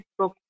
Facebook